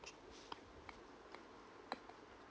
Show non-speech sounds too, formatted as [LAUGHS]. [LAUGHS]